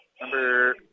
number